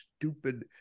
stupid